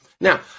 now